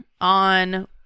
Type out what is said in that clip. on